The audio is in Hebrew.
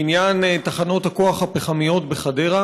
בעניין תחנות הכוח הפחמיות בחדרה